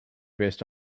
based